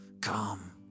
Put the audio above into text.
come